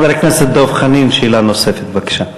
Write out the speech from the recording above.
חבר הכנסת דב חנין, שאלה נוספת, בבקשה.